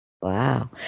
Wow